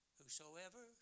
whosoever